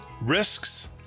risks